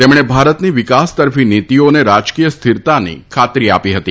તેમણે ભારતની વિકાસ તરફી નીતીઓ અને રાજકીય સ્થિરતાની ખાતરી આપી હતી